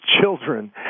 children